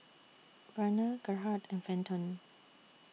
Verner Gerhardt and Fenton